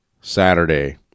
Saturday